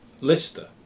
Lister